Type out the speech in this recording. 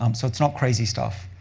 um so it's not crazy stuff.